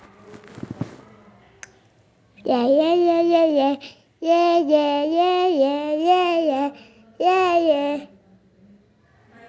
माझ्या गोदामातील साहित्य खराब होऊ नये यासाठी मी काय उपाय योजना केली पाहिजे?